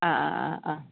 അ അ അ